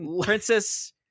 Princess